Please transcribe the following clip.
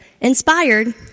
Inspired